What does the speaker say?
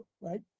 right